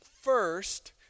first